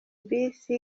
bisi